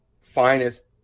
finest